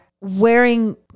wearing